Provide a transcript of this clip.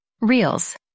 Reels